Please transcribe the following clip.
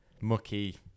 Mucky